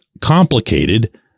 complicated